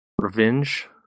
Revenge